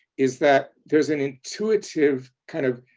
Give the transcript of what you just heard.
is that there's an intuitive kind of